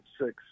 six